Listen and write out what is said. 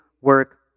work